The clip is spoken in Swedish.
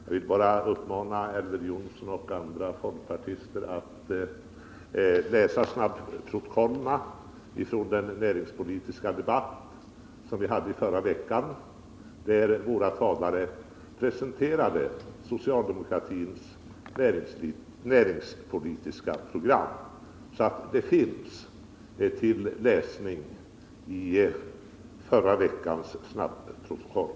Jag vill bara uppmana Elver Jonsson och andra folkpartister att läsa snabbprotokollen från den näringspolitiska debatt som förekom i förra veckan och där våra talare presenterade socialdemokratins näringspolitiska program. Det finns alltså till läsning i förra veckans snabbprotokoll.